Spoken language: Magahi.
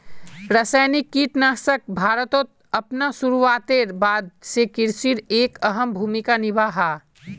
रासायनिक कीटनाशक भारतोत अपना शुरुआतेर बाद से कृषित एक अहम भूमिका निभा हा